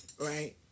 Right